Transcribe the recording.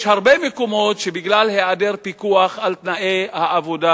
יש הרבה מקומות שבגלל היעדר פיקוח על תנאי העבודה